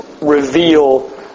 reveal